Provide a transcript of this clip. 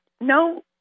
no